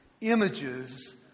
images